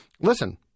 listen